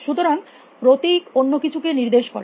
সুতরাং প্রতীক অন্য কিছুকে নির্দেশ করে